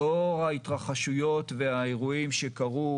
לאור ההתרחשויות והאירועים שקרו,